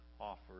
offer